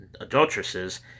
adulteresses